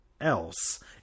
Else